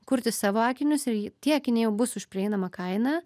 kurti savo akinius ir jie tie akiniai jau bus už prieinamą kainą